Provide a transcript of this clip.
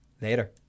later